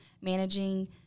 managing